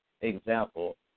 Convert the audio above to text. example